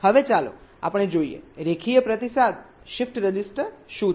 હવે ચાલો આપણે જોઈએ લિનિયર ફીડબેક શિફ્ટ રજિસ્ટર શું છે